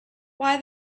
why